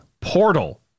portal